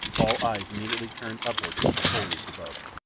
all eyes immediately turned upward toward the foliage above.